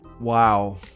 wow